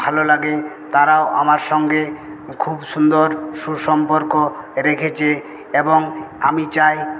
ভালো লাগে তারাও আমার সঙ্গে খুব সুন্দর সুসম্পর্ক রেখেছে এবং আমি চাই